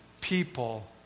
people